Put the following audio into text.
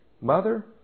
Mother